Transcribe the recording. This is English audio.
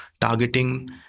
targeting